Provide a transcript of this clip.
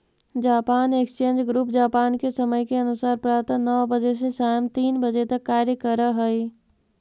Japan exchange group Japan के समय के अनुसार प्रातः नौ बजे से सायं तीन बजे तक कार्य करऽ हइ